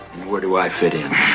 where do i fit in?